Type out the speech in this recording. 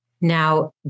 Now